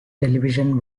television